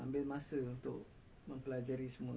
though